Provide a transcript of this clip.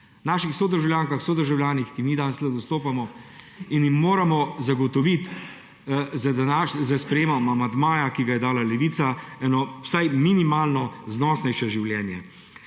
naših sodržavljankah, sodržavljanih, ki jih mi danes tukaj zastopamo in jim moramo zagotoviti s sprejetjem amandmaja, ki ga je dala Levica, vsaj minimalno znosnejše življenje.